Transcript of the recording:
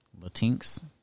latinx